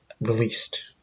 released